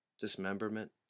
dismemberment